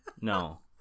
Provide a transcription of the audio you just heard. No